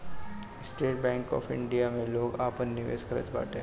estate bank of India में लोग आपन निवेश करत बाटे